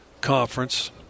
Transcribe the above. conference